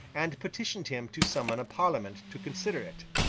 and petitioned him to summon a parliament to consider it.